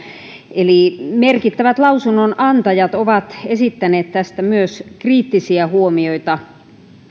merkittävät lausunnonantajat ovat esittäneet tästä myös kriittisiä huomioita